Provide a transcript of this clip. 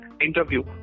interview